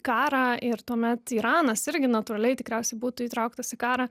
karą ir tuomet iranas irgi natūraliai tikriausiai būtų įtrauktas į karą